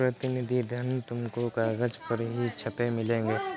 प्रतिनिधि धन तुमको कागज पर ही छपे मिलेंगे